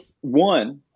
one